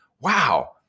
wow